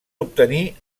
obtenir